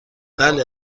بله